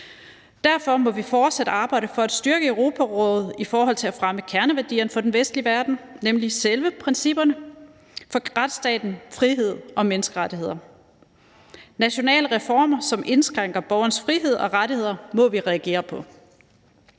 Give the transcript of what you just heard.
Derfor må vi fortsat arbejde for at styrke Europarådet i forhold til at fremme kerneværdierne for den vestlige verden, nemlig selve principperne for retsstaten, frihed og menneskerettigheder. Nationale reformer, som indskrænker borgernes frihed og rettigheder, må vi reagere på.